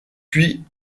puis